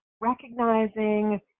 recognizing